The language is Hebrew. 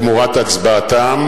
תמורת הצבעתם